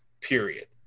period